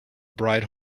bride